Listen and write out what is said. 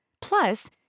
Plus